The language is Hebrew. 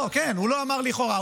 הוא לא אמר "לכאורה".